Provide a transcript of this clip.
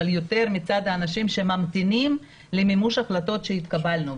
אבל יוצר מצד האנשים שממתינים למימוש החלטות שהתקבלו.